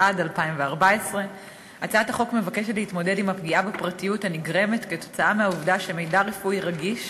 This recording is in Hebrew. התשע"ד 2014. תציג את הצעת החוק חברת הכנסת עדי קול בשם